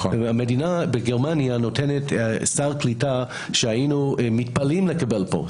גרמניה נותנת סל קליטה שהיינו מתפללים לקבל פה,